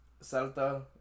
Salta